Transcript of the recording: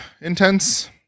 intense